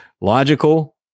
logical